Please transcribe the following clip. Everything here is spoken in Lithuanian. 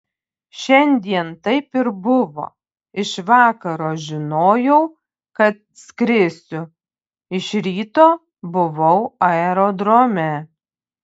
šiandien taip ir buvo iš vakaro žinojau kad skrisiu iš ryto buvau aerodrome